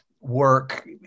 work